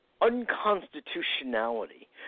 unconstitutionality